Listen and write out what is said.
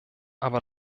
aber